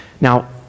Now